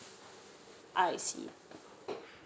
I see